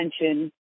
attention